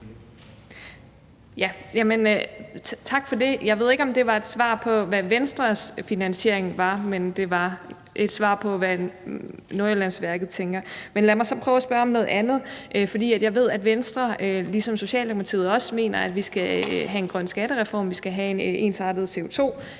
Tak for det. Jeg ved ikke, om det var et svar på, hvad Venstres finansiering var – men det var et svar på, hvad Nordjyllandsværket tænker. Men lad mig så prøve at spørge om noget andet. Jeg ved, at Venstre ligesom Socialdemokratiet mener, at vi skal have en grøn skattereform, at vi skal have en ensartet CO2-beskatning,